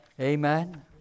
Amen